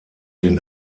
den